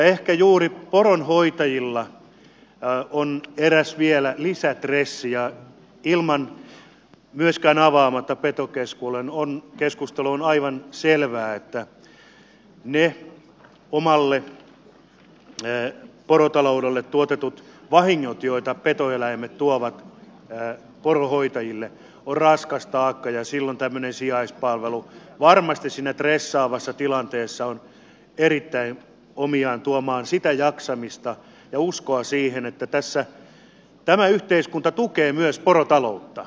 ehkä juuri poronhoitajilla on vielä eräs lisästressi ja avaamatta petokeskustelua on aivan selvää että ne omalle porotaloudelle koituneet vahingot joita petoeläimet tuovat poronhoitajille ovat raskas taakka ja silloin tämmöinen sijaispalvelu varmasti siinä stressaavassa tilanteessa on erittäin omiaan tuomaan sitä jaksamista ja uskoa siihen että tämä yhteiskunta tukee myös porotaloutta